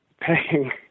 paying